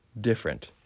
different